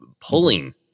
pulling